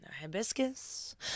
hibiscus